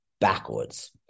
backwards